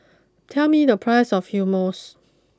tell me the price of Hummus